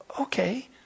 okay